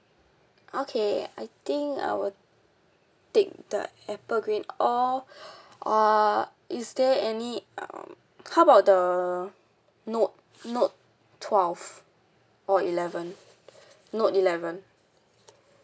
okay I think I will take the apple green or uh is there any um how about the note note twelve or eleven note eleven